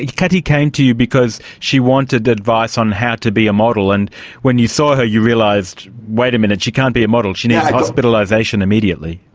caty came to you because she wanted advice on how to be a model, and when you saw her you realised, wait a minute, she can't be a model, she needs hospitalisation immediately.